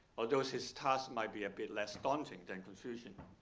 although his his tasks might be a bit less daunting than confucian.